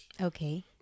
Okay